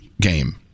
game